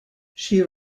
she